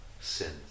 sins